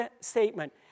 statement